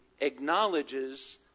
acknowledges